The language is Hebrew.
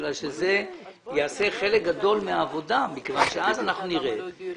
זה יעשה חלק גדול מהעבודה מכיוון שאז נראה